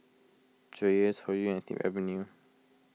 Dreyers Hoyu and Snip Avenue